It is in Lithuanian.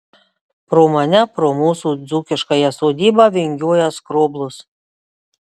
pro mane pro mūsų dzūkiškąją sodybą vingiuoja skroblus